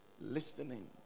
listening